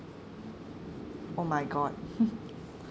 oh my god